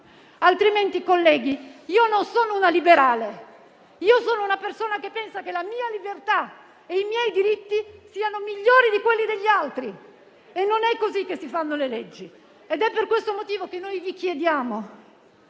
Altrimenti, colleghi, io non sono una liberale, ma una persona che pensa che la mia libertà e i miei diritti siano migliori di quelli degli altri; non è così che si fanno le leggi. È per questo motivo che noi vi chiediamo